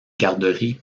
garderie